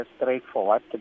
straightforward